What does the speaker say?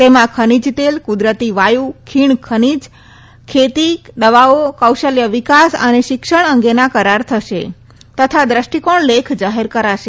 તેમાં ખનીજ તેલ કુદરતી વાયુ ખીણ ખનીજ ખેતી દવાઓકૌશલ્યવિકાસ અને શિક્ષણ અંગેના કરાર થશે તથા દ્રષ્ટિકોણ લેખ જાહેર કરાશે